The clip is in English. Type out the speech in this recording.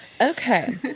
Okay